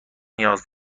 نیاز